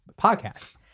podcast